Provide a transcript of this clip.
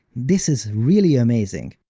this is really amazing,